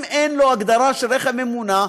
אם אין לו הגדרה של רכב ממנוע,